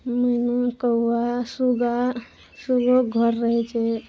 मैना कौआ सूगा सुगोके घर रहै छै